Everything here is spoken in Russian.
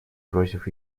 против